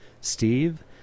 Steve